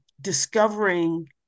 discovering